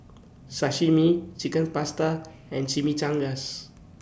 Sashimi Chicken Pasta and Chimichangas